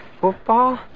football